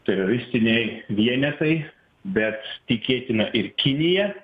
teroristiniai vienetai bet tikėtina ir kinija